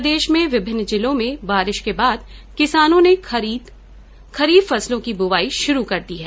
प्रदेश में विभिन्न जिलों में बारिश के बाद किसानों ने खरीफ फसलों की बुवाई शुरू कर दी है